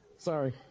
Sorry